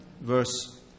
verse